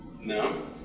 No